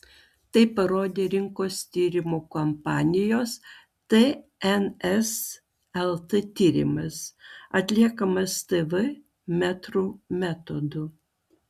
tai parodė rinkos tyrimų kompanijos tns lt tyrimas atliekamas tv metrų metodu